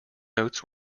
notes